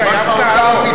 כבר התעייפת,